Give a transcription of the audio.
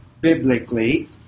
biblically